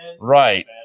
Right